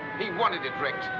he wanted it wrecked.